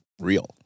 real